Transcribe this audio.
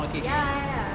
ya ya ya